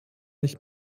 nicht